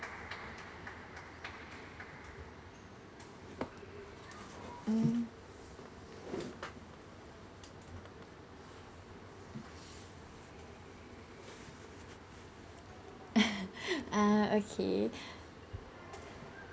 mm uh okay